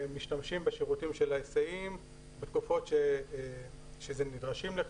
משתמשים בשירותי ההיסעים בתקופות שהם נדרשים לכך.